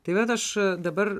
tai vat aš dabar